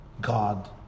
God